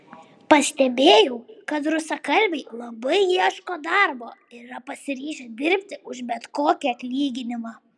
pastebėjau kad rusakalbiai labai ieško darbo ir yra pasiryžę dirbti už bet kokį atlyginimą